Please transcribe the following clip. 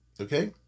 okay